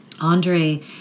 Andre